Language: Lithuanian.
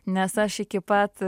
nes aš iki pat